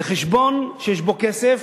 זה חשבון שיש בו כסף